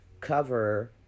cover